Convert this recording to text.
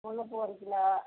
முல்லைப்பூ ஒரு கிலோ